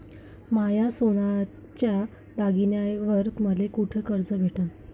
माया सोन्याच्या दागिन्यांइवर मले कुठे कर्ज भेटन?